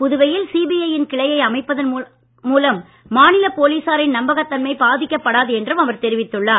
புதுவையில் சிபிஐ யின் கிளையை அமைப்பதன் காரணமாக மாநில போலீசாரின் நம்பகத் தன்மை பாதிக்கப்படாது என்றும் அவர் தெரிவித்துள்ளார்